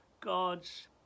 God's